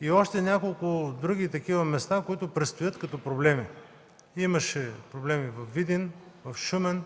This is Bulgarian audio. Има още няколко други такива места, които предстоят като проблеми. Имаше проблеми във Видин, в Шумен,